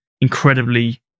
incredibly